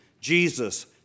Jesus